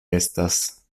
estas